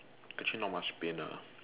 actually not much pain ah